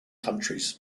countries